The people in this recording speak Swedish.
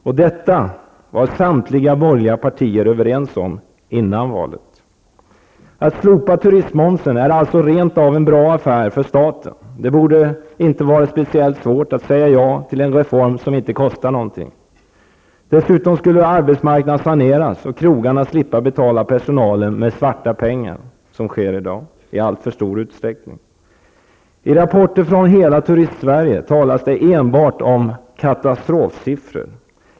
Och om detta var samtliga borgerliga partier överens före valet! Att slopa turistmomsen är alltså rent av en bra affär för staten. Det borde inte vara speciellt svårt att säga ja till en reform som inte kostar någonting. Dessutom skulle arbetsmarknaden saneras och krogarna slippa betala personalen med svarta pengar -- så sker i dag i alltför stor utsträckning. I rapporter från hela Turistsverige talas det enbart om katastrofsiffror.